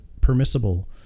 permissible